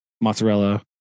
mozzarella